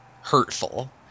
hurtful